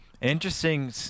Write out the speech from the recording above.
interesting